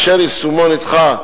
אשר יישומו נדחה,